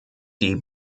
die